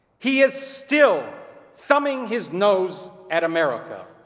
he is still thumbing his nose at america.